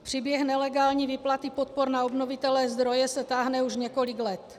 Příběh nelegální výplaty podpor na obnovitelné zdroje se táhne už několik let.